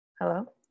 Hello